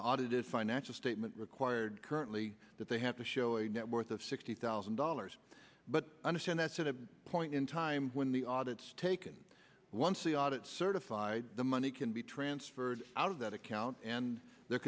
audited financial statement required currently that they have to show a net worth of sixty thousand dollars but understand that's a point in time when the audits taken once the audit certified the money can be transferred out of that account and there